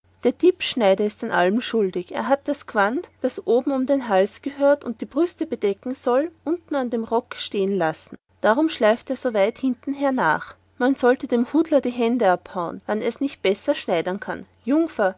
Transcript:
der diebsschneider ist an allem schuldig er hat das gewand das oben um den hals gehört und die brüste bedecken sollte unten an dem rock stehen lassen darum schleift er so weit hinten hernach man sollte dem hudler die hände abhauen wann er nicht besser schneidern kann